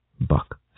buck